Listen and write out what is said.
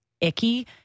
icky